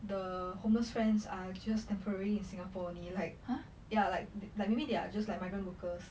the homeless friends are just temporary in singapore only like ya like like maybe they are just like migrant workers